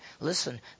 Listen